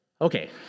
Okay